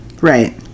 Right